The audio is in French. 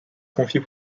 confie